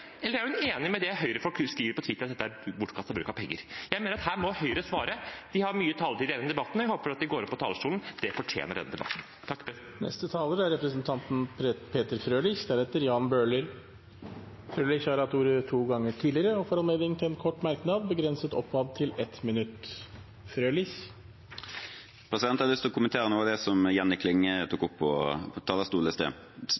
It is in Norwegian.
eller er hun enig i det Høyre-folk skriver på Twitter, at dette er bortkastet bruk av penger? Jeg mener at her må Høyre svare. De har mye taletid igjen i debatten, og jeg håper at de går opp på talerstolen. Det fortjener denne debatten. Representanten Peter Frølich har hatt ordet to ganger tidligere og får ordet til en kort merknad, begrenset til 1 minutt. Jeg har lyst til å kommentere noe av det som Jenny Klinge tok